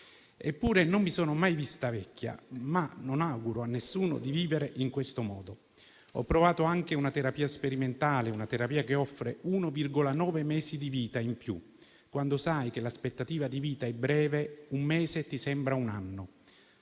eppure non mi sono mai vista vecchia, ma non auguro a nessuno di vivere in questo modo. Ho provato anche una terapia sperimentale, che offre 1,9 mesi di vita in più. Quando sai che l'aspettativa di vita è breve, un mese ti sembra un anno.